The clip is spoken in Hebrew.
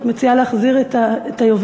את מציעה להחזיר את היובל,